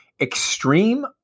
extreme